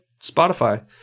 Spotify